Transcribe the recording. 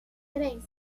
tres